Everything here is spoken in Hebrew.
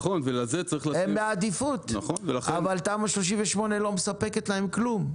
הן בעדיפות, אבל תמ"א 38 לא מספקת להן כלום.